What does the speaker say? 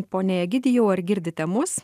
pone egidijau ar girdite mus